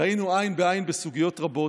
ראינו עין בעין בסוגיות רבות,